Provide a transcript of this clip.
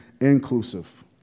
inclusive